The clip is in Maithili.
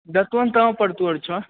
दोकान कहाँ पर तोहर छौ